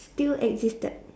still existed